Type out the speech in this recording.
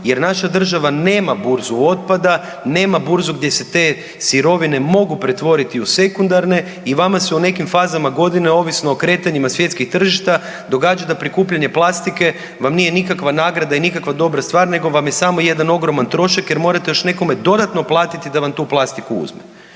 jer naša država nema burzu otpada, nema burzu gdje se te sirovine mogu pretvoriti u sekundarne i vama se u nekim fazama godine ovisno o kretanjima svjetskih tržišta događa da prikupljanje plastike vam nije nikakva nagrada i nikakva dobra stvar nego vam je samo jedan ogroman trošak jer morate još nekom dodatno platiti da vam tu plastiku uzme.